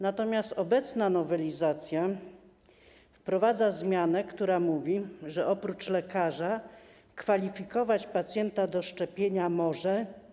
Natomiast obecna nowelizacja wprowadza zmianę, która mówi, że oprócz lekarza kwalifikować pacjenta do szczepienia może.